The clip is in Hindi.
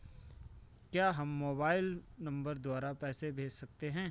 क्या हम मोबाइल नंबर द्वारा पैसे भेज सकते हैं?